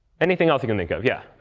anything else you can think of? yeah?